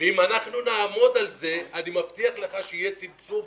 אם אנחנו נעמוד על זה אני מבטיח לך שיהיה צמצום,